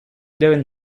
deben